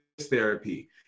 therapy